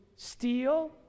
steal